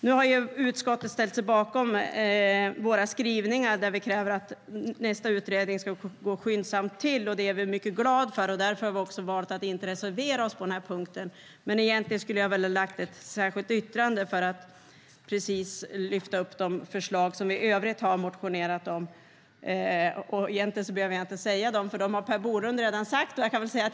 Nu har utskottet ställt sig bakom våra skrivningar, där vi kräver att nästa utredning ska gå skyndsamt till. Det är vi glada för. Därför har vi valt att inte reservera oss på den punkten, men egentligen skulle jag väl ha haft ett särskilt yttrande för att lyfta upp de förslag som vi i övrigt har motionerat om. Egentligen behöver jag inte ta upp förslagen eftersom Per Bolund redan har tagit upp dem.